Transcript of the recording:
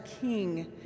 king